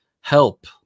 help